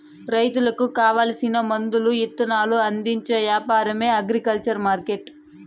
రైతులకు కావాల్సిన మందులు ఇత్తనాలు అందించే యాపారమే అగ్రికల్చర్ మార్కెట్టు